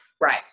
Right